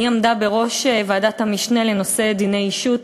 ועמדה בראש ועדת המשנה לנושא דיני אישות.